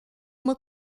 uma